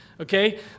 okay